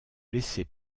laisser